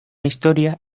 historia